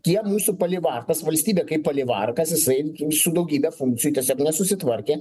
tie mūsų palivarkas valstybė kaip palivarkas jisai su daugybe funkcijų tiesiog nesusitvarkė